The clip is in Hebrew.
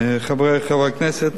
חברי חברי הכנסת,